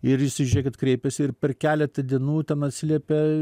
ir jisai žėkit kreipiasi ir per keletą dienų ten atsiliepia